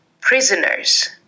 prisoners